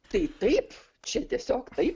tai taip čia tiesiog taip